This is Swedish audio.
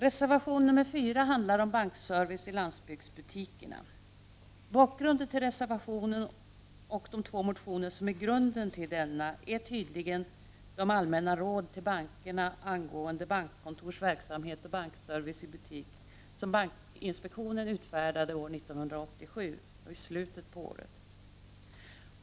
Reservation nr 4 handlar om bankservice i landsbygdsbutiker. Bakgrunden till reservationen och de två motioner som är grunden till denna är tydligen de allmänna råd till bankerna angående bankkontors verksamhet och bankservice i butik som bankinspektionen utfärdade i slutet av år 1987.